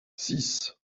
six